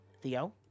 Theo